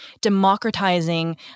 Democratizing